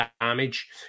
damage